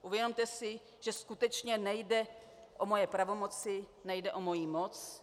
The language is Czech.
Uvědomte si, že skutečně nejde o moje pravomoci, nejde o moji moc.